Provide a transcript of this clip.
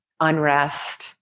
unrest